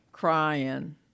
Crying